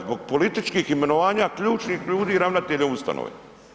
Zbog političkih imenovanja ključnih ljudi i ravnatelja ustanove.